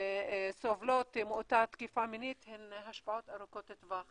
סובלות מאותה תקיפה מינית הן השפעות ארוכות טווח